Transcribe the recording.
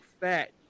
fat